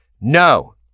No